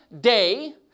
day